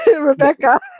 Rebecca